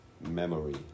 memory